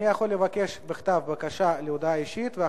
אדוני יכול לבקש בכתב בקשה להודעה אישית,